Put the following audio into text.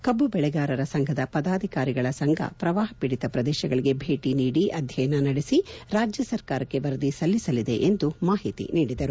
ಕಬ್ಬು ಬೆಳೆಗಾರರ ಸಂಘದ ಪದಾಧಿಕಾರಿಗಳ ಸಂಘ ಪ್ರವಾಹ ಪೀಡಿತ ಪ್ರದೇಶಗಳಿಗೆ ಭೇಟಿ ನೀಡಿ ಅಧ್ಯಯನ ನಡೆಸಿ ರಾಜ್ಯ ಸರ್ಕಾರಕ್ಕೆ ವರದಿ ಸಲ್ಲಿಸಲಿದೆ ಎಂದು ಮಾಹಿತಿ ನೀಡಿದರು